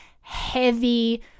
heavy